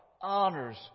honors